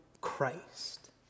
Christ